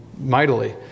mightily